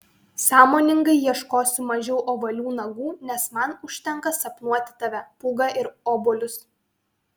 sąmoningai ieškosiu mažiau ovalių nagų nes man užtenka sapnuoti tave pūgą ir obuolius